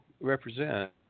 represent